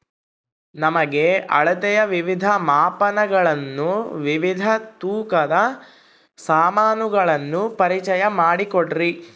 ನಮಗೆ ಅಳತೆಯ ವಿವಿಧ ಮಾಪನಗಳನ್ನು ವಿವಿಧ ತೂಕದ ಸಾಮಾನುಗಳನ್ನು ಪರಿಚಯ ಮಾಡಿಕೊಡ್ರಿ?